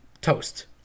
toast